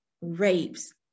rapes